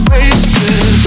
Wasted